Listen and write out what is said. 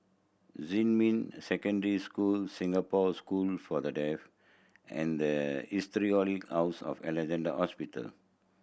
Xinmin Secondary School Singapore School for The Deaf and the Historic House of Alexandra Hospital